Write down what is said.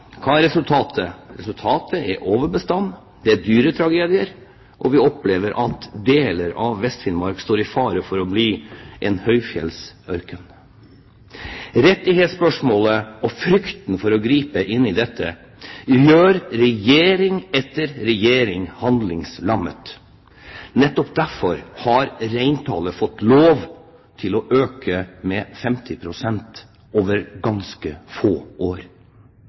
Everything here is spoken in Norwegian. Hva er resultatet? Resultatet er overbestand, det er dyretragedier, og vi opplever at deler av Vest-Finnmark står i fare for å bli en høyfjellsørken. Frykten for å gripe inn i rettighetsspørsmålet gjør regjering etter regjering handlingslammet. Nettopp derfor har reintallet fått lov til å øke med 50 pst. over ganske få år.